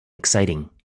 exciting